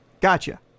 Gotcha